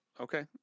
okay